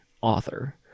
author